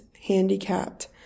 handicapped